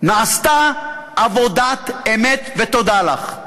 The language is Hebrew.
נעשתה עבודת אמת, ותודה לך.